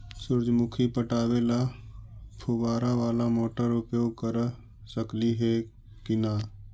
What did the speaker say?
सुरजमुखी पटावे ल फुबारा बाला मोटर उपयोग कर सकली हे की न?